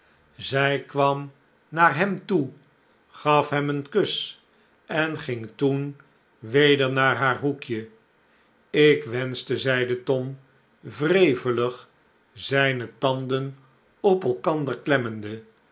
zij kwam naar hem toe gaf hem een kus en ging toen weder naar haar hoekje ik wenschte zeide tom wrevelig zijne tanden op elkander klemmende